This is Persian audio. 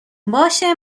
باشه